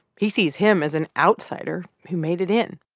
he sees him as an outsider who made it in.